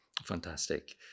Fantastic